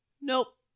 nope